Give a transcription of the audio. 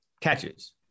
catches